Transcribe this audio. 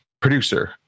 producer